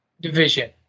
division